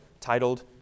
titled